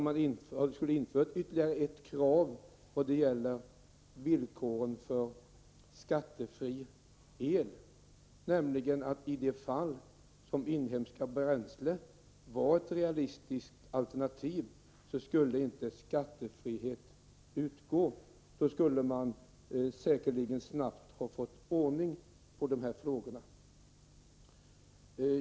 Vi har föreslagit att man skulle införa ytterligare ett krav vad gäller villkoren för skattefri el, nämligen att skattefriheten inte skulle gälla i de fall där inhemska bränslen är ett realistiskt alternativ. Då skulle man säkerligen snabbt ha fått ordning på dessa frågor.